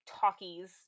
talkies